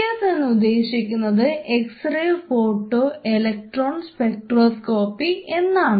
S എന്ന് ഉദ്ദേശിക്കുന്നത് X ray photo electron spectroscopy എന്നാണ്